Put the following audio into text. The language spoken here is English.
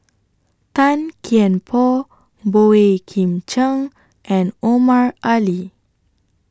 Tan Kian Por Boey Kim Cheng and Omar Ali